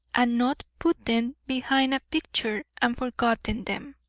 and not put them behind a picture and forgotten them.